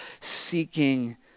seeking